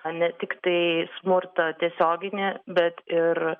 o ne tiktai smurtą tiesioginį bet ir